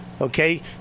okay